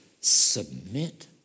submit